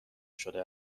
شده